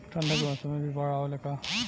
ठंडा के मौसम में भी बाढ़ आवेला का?